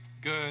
good